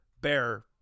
Bear